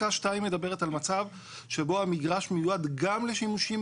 פסקה שתיים מדברת על מצב שבו המגרש מיועד גם לשימושים